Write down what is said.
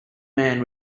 man